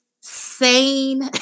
sane